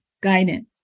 guidance